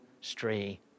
stray